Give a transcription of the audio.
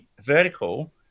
vertical